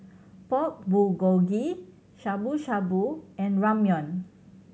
Pork Bulgogi Shabu Shabu and Ramyeon